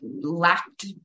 lacked